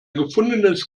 gefundenes